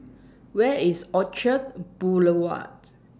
Where IS Orchard Boulevard